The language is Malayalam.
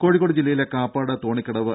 കോഴിക്കോട് ജില്ലയിലെ കാപ്പാട് തോണിക്കടവ്